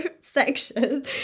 section